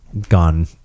gone